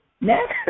Next